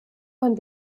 von